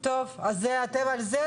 טוב, אז אתם על זה?